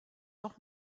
noch